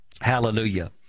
Hallelujah